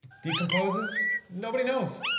decomposes, nobody knows.